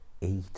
eat